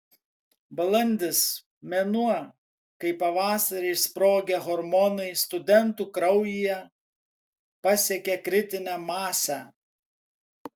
balandis mėnuo kai pavasarį išsprogę hormonai studentų kraujyje pasiekia kritinę masę